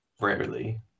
rarely